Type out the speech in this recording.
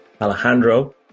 alejandro